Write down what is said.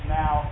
now